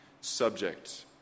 subject